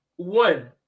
One